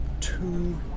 Two